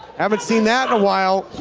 haven't seen that in a while.